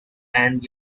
and